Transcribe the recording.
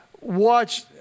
watch